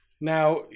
Now